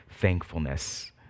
thankfulness